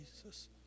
Jesus